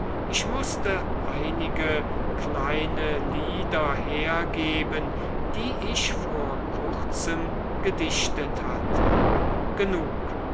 ich mußte einige kleine lieder hergeben die ich vor kurzem gedichtet hatte genug